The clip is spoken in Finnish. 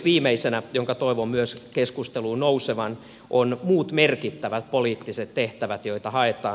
viimeisenä jonka toivon myös keskusteluun nousevan on muut merkittävät poliittiset tehtävät joita haetaan